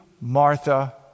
Martha